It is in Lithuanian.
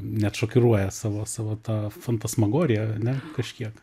net šokiruoja savo savo ta fantasmagorija ane kažkiek